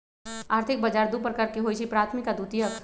आर्थिक बजार दू प्रकार के होइ छइ प्राथमिक आऽ द्वितीयक